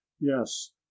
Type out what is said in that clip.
yes